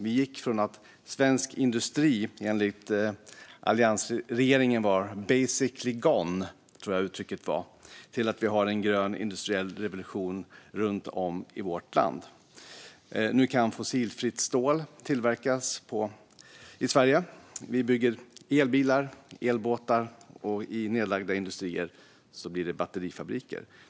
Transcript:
Vi gick från att svensk industri enligt alliansregeringen var basically gone, tror jag att uttrycket var, till att ha en grön industriell revolution runt om i vårt land. Nu kan fossilfritt stål tillverkas i Sverige. Vi bygger elbilar och elbåtar, och i nedlagda industrier blir det batterifabriker.